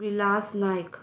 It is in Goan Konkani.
विलास नायक